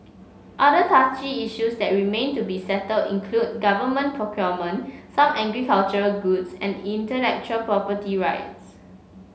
other touchy issues that remain to be settled include government procurement some agricultural goods and intellectual property rights